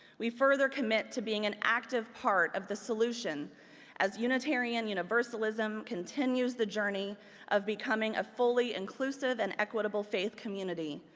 we further commit to being an active part of the solution as unitarian universalism continues the journey of becoming a fully inclusive and equitable faith community.